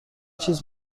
چیز